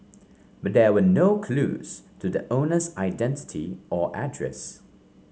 but there were no clues to the owner's identity or address